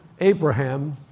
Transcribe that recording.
Abraham